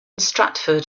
stratford